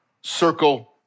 circle